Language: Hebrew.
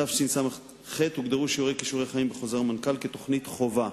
בתשס"ח הוגדרו שיעורי "כישורי חיים" בחוזר מנכ"ל כתוכנית חובה.